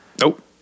nope